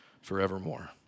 forevermore